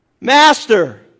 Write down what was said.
Master